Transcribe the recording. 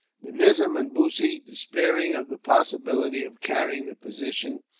the nizam and bussy, despairing of the possibility of carrying the position,